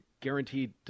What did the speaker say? guaranteed